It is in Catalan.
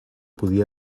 podria